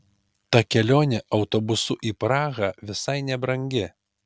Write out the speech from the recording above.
ta kelionė autobusu į prahą visai nebrangi